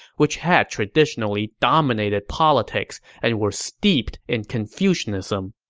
which had traditionally dominated politics and were steeped in confucianism.